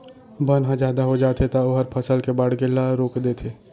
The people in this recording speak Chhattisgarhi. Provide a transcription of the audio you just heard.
बन ह जादा हो जाथे त ओहर फसल के बाड़गे ल रोक देथे